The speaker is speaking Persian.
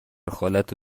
خالتو